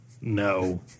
No